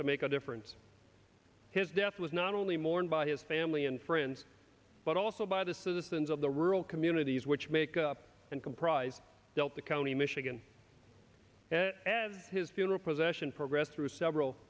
to make a difference his death was not only mourned by his family and friends but also by the citizens of the rural communities which make up and comprise delta county michigan had his funeral procession progress through several